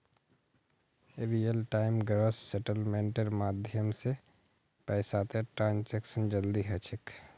real time gross सेटलमेंटेर माध्यम स पैसातर ट्रांसैक्शन जल्दी ह छेक